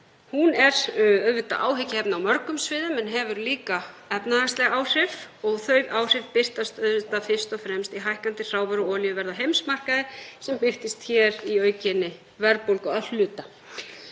Hún er auðvitað áhyggjuefni á mörgum sviðum en hefur líka efnahagsleg áhrif og þau áhrif birtast auðvitað fyrst og fremst í hækkandi hrávöru- og olíuverði á heimsmarkaði sem birtist hér í aukinni verðbólgu að hluta.